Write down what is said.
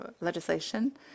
legislation